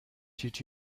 did